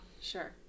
Sure